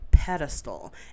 Pedestal